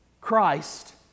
Christ